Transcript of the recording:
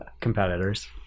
Competitors